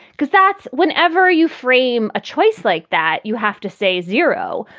because that's whenever you frame a choice like that, you have to say zero,